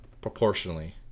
proportionally